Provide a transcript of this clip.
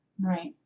right